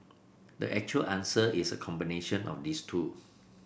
the actual answer is a combination of these two